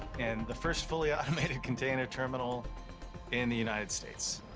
and the first fully-automated container terminal in the united states.